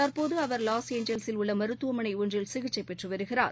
தற்போதுஅவர் வாஸ் ஏஞ்சல்ஸில் உள்ளமருத்துவமனைஒன்றில் சிகிச்சைபெற்றுவருகிறார்